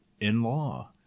In-law